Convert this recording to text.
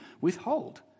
withhold